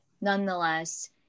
nonetheless